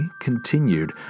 continued